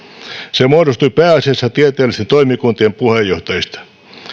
se muodostui pääasiassa tieteellisten toimikuntien puheenjohtajista